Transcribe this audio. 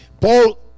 Paul